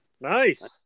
Nice